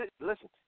listen